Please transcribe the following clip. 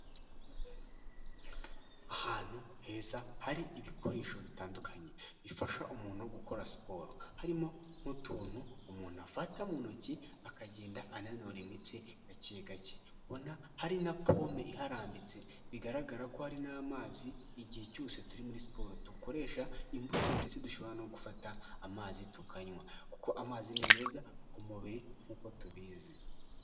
Ahantu heza hari ibikoresho bitandukanye bifasha umuntu gukora siporo, harimo nk'utuntu umuntu afata mu ntoki akagenda ananura imitsi gake gake, ubona hari na pome iharambitse, bigaragara ko hari n'amazi igihe cyose turi muri siporo dukoresha imbuto ndetse dushobora no gufata amazi tukanywa kuko amazi ni meza ku mubiri nk'uko tubizi.